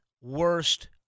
worst